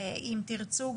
אם תרצו,